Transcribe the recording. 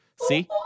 See